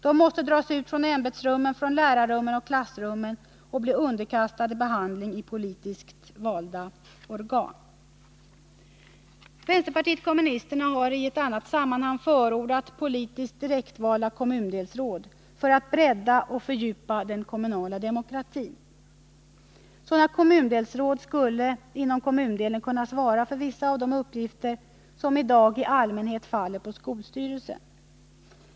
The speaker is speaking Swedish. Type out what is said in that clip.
De måste dras ut från ämbetsrummen, lärarrummen och klassrummen och bli underkastade 29 Vänsterpartiet kommunisterna har i annat sammanhang förordat politiskt direktvalda kommundelsråd, för att bredda och fördjupa den kommunala demokratin. Sådana kommundelsråd skulle inom kommundelen kunna ansvara för vissa av de uppgifter som i dag i allmänhet faller på skolstyrelsen.